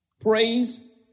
Praise